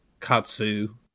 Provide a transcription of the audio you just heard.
katsu